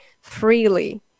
freely